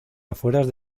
afueras